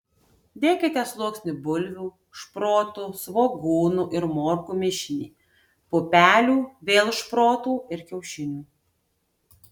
dėkite sluoksnį bulvių šprotų svogūnų ir morkų mišinį pupelių vėl šprotų ir kiaušinių